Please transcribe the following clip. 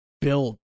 Build